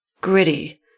gritty